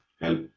help